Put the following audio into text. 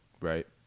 right